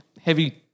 heavy